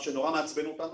מה שנורא מעצבן אותנו,